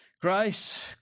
Grace